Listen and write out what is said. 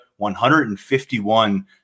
151